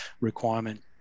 requirement